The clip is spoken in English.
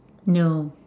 no